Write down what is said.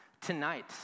tonight